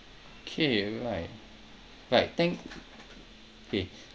okay right right thank okay